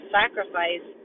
sacrifice